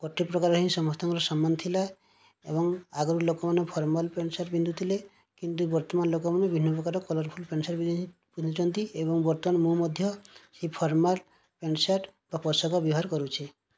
ଗୋଟିଏ ପ୍ରକାର ହିଁ ସମସ୍ତଙ୍କର ସମାନ ଥିଲା ଏବଂ ଆଗରୁ ଲୋକମାନେ ଫର୍ମାଲ ପ୍ୟାଣ୍ଟ ସାର୍ଟ ପିନ୍ଧୁଥିଲେ କିନ୍ତୁ ବର୍ତ୍ତମାନ ଲୋକମାନେ ବିଭିନ୍ନ ପ୍ରକାର କଲରଫୁଲ୍ ପ୍ୟାଣ୍ଟ ସାର୍ଟ ପିନ୍ଧୁଛନ୍ତି ଏବଂ ବର୍ତ୍ତମାନ ମୁଁ ମଧ୍ୟ ଏହି ଫର୍ମାଲ୍ ପ୍ୟାଣ୍ଟ ସାର୍ଟ ବା ପୋଷାକ ବ୍ୟବହାର କରୁଛି